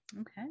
Okay